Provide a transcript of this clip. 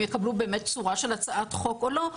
יקבלו באמת צורה של הצעת חוק או לא,